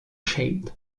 shaped